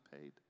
paid